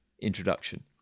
introduction